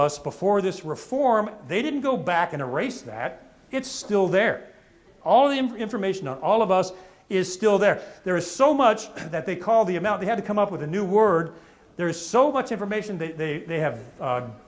us before this reform they didn't go back in a race that it's still there all the information on all of us is still there there is so much that they call the amount they have to come up with a new word there is so much information that they